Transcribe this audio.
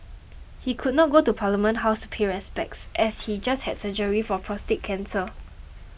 he could not go to Parliament House to pay respects as he just had surgery for prostate cancer